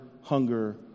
hunger